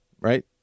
right